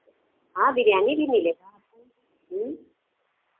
हाँ बिरयानी भी मिलेगा